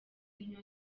ntyo